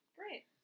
great